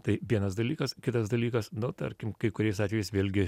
tai vienas dalykas kitas dalykas nu tarkim kai kuriais atvejais vėlgi